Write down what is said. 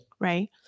Right